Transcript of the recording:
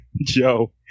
Joe